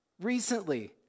recently